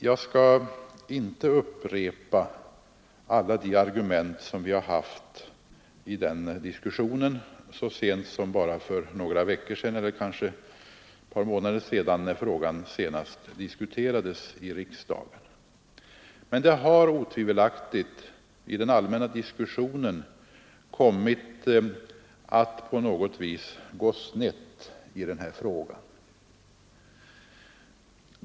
Jag skall inte upprepa alla de argument som förekom i den diskussion som fördes så sent som för bara några veckor eller kanske någon månad sedan, då frågan senast behandlades i kammaren, men den allmänna diskussionen i detta avseende har otivelaktigt på något vis kommit att bli snedvriden.